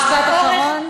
משפט אחרון.